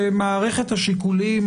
שמערכת השיקולים